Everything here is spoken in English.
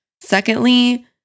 Secondly